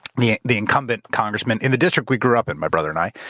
the the incumbent congressman in the district we grew up in, my brother and i.